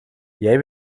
jij